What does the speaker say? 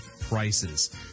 prices